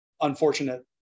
unfortunate